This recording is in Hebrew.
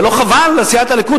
ולא חבל על סיעת הליכוד?